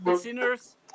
Sinners